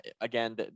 Again